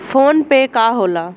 PhonePe का होला?